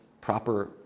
proper